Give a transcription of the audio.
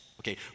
okay